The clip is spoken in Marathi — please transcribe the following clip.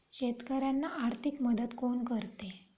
शेतकऱ्यांना आर्थिक मदत कोण करते?